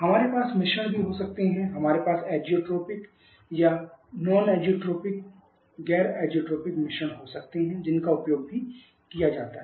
हमारे पास मिश्रण भी हो सकते हैं हमारे पास azeotropic या गैर azeotropic मिश्रण हो सकते हैं जिनका उपयोग भी किया जाता है